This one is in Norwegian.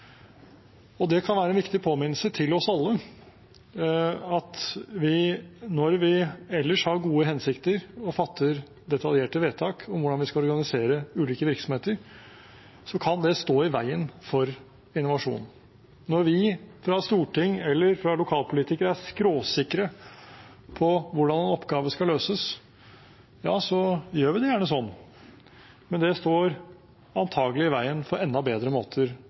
Det kan være en viktig påminnelse til oss alle at vi når vi ellers har gode hensikter og fatter detaljerte vedtak om hvordan vi skal organisere ulike virksomheter, kan det stå i veien for innovasjon. Når vi fra Stortinget eller lokalpolitikere er skråsikre på hvordan en oppgave skal løses, ja, så gjør vi det gjerne sånn, men det står antagelig i veien for enda bedre måter